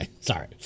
sorry